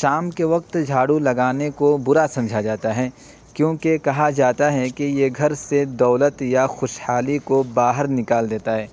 شام کے وقت جھاڑو لگانے کو برا سمجھا جاتا ہے کیونکہ کہا جاتا ہے کہ یہ گھر سے دولت یا خوشحالی کو باہر نکال دیتا ہے